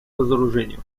разоружению